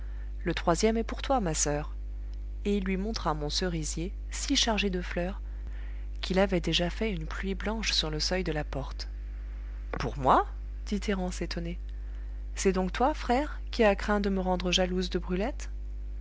le troisième est pour toi ma soeur et il lui montra mon cerisier si chargé de fleurs qu'il avait déjà fait une pluie blanche sur le seuil de la porte pour moi dit thérence étonnée c'est donc toi frère qui as craint de me rendre jalouse de brulette